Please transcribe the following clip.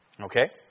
okay